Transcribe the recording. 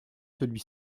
celui